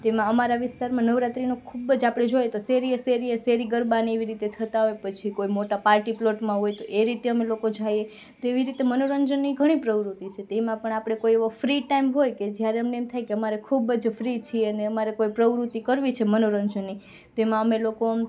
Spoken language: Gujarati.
તેમાં અમારા વિસ્તારમાં નવરાત્રિનું ખૂબ જ આપણે જોઈએ તો શેરીએ શેરીએ શેરી ગરબા ને એવી રીતે થતા હોય પછી કોઈ મોટા પાર્ટીપ્લોટમાં હોય તો એ રીતે અમે લોકો જઈએ તેવી રીતે મનોરંજનની ઘણી પ્રવૃત્તિ છે તેમાં પણ આપણે કોઈ એવો ફ્રી ટાઈમ હોય કે જ્યારે અમને એમ થાય કે અમારે ખૂબ જ ફ્રી છીએ ને અમારે કોઈ પ્રવૃત્તિ કરવી છે મનોરંજનની તેમાં અમે લોકો